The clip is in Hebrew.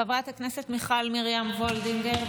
חברת הכנסת מיכל מרים וולדיגר,